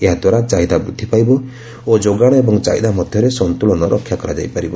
ଏହାଦ୍ୱାରା ଚାହିଦା ବୃଦ୍ଧି ପାଇବ ଓ ଯୋଗାଣ ଏବଂ ଚାହିଦା ମଧ୍ୟରେ ସନ୍ତୁଳନତା ରକ୍ଷା କରାଯାଇ ପାରିବ